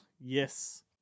yes